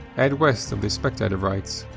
ed west of the spectator writes